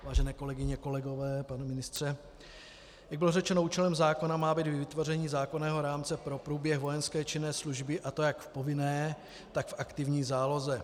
Vážené kolegyně, kolegové, pane ministře, jak bylo řečeno, účelem zákona má být i vytvoření zákonného rámce pro průběh vojenské činné služby, a to jak povinné, tak v aktivní záloze.